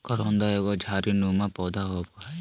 करोंदा एगो झाड़ी नुमा पौधा होव हय